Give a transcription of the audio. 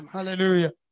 Hallelujah